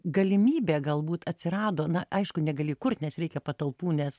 galimybė galbūt atsirado na aišku negali kurt nes reikia patalpų nes